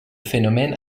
phénomène